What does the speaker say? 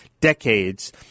decades